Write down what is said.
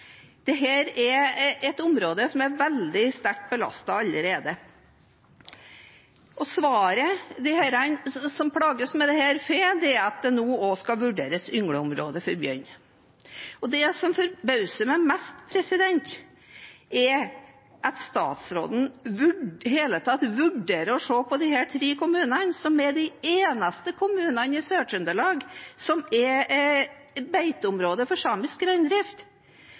er et område som er veldig sterkt belastet allerede. Og svaret de som plages med dette, får, er at det nå også skal vurderes yngleområde for bjørn. Det som forbauser meg mest, er at statsråden i det hele tatt vurderer å se på disse tre kommunene, som er de eneste kommunene i Sør-Trøndelag som er beiteområde for samisk